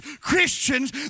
Christians